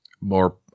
more